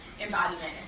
embodiment